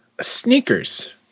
sneakers